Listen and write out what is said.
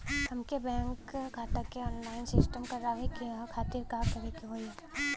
हमके अपने बैंक खाता के ऑनलाइन सिस्टम करवावे के खातिर का करे के होई?